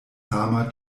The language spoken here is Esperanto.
sama